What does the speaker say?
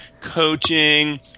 coaching